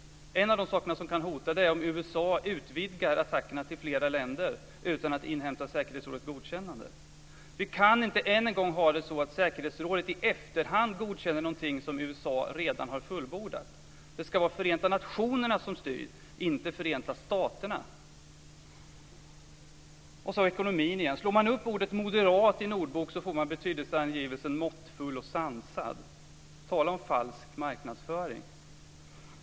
En av de saker som kan hota är om USA utvidgar attackerna till flera länder utan att inhämta säkerhetsrådets godkännande. Vi kan inte än en gång ha det på ett sådant sätt att säkerhetsrådet i efterhand godkänner någonting som USA redan har fullbordat. Det ska vara Förenta nationerna som styr, inte Förenta staterna. Jag ska återgå till ekonomin. Om man slår upp ordet moderat i en ordbok får man betydelseangivelsen måttfull och sansad. Tala om falsk marknadsföring.